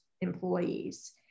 employees